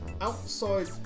outside